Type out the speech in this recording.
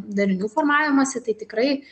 darinių formavimąsi tai tikrai